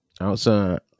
outside